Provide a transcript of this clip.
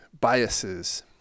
biases